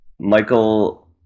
Michael